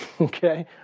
okay